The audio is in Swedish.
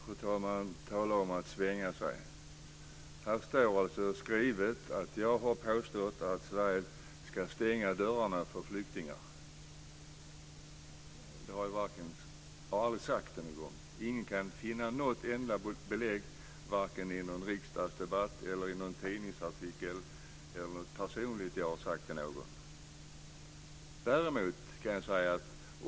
Fru talman! Tala om att svänga sig! Här står skriver att jag har påstått att Sverige ska stänga dörrarna för flyktingar. Det har jag aldrig sagt. Ingen kan finna något enda belägg på det i någon riksdagsdebatt, i någon tidningsartikel eller i något personligt jag har sagt till någon.